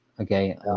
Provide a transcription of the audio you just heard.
Okay